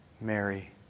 Mary